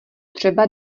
třeba